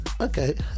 Okay